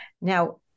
Now